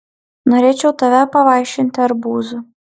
norėčiau tave pavaišinti arbūzu